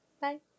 Bye